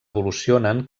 evolucionen